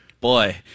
boy